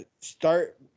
start